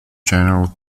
general